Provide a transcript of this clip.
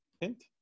hint